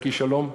זכי שלום.